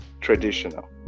traditional